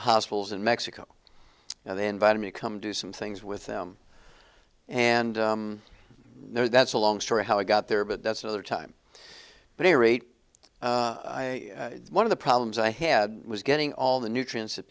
hospitals in mexico and they invited me to come do some things with them and there that's a long story how i got there but that's another time but a rate one of the problems i had was getting all the nutrients that